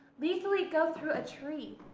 lethally go through a tree.